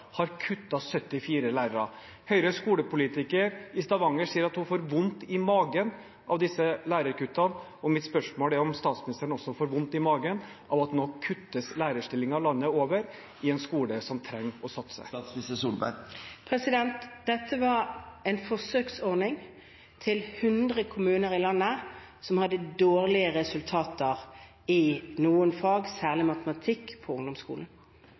har kuttet med 74 lærere. Høyres skolepolitiker i Stavanger sier at hun får vondt i magen av disse kuttene i lærerstillinger, og mitt spørsmål er om også statsministeren får vondt i magen av at det nå kuttes lærerstillinger landet over, i en skole som trenger å satse. Dette var en forsøksordning til hundre kommuner i landet som hadde dårlige resultater i noen fag, særlig i matematikk, på ungdomsskolen.